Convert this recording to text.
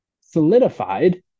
solidified